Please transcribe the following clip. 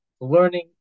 learning